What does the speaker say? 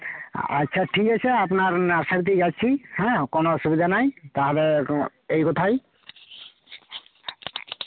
আচ্ছা ঠিক আছে আপনার নার্সারিতেই যাচ্ছি হ্যাঁ কোনও অসুবিধা নাই তাহলে এই কথাই